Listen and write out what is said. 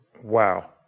Wow